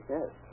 Yes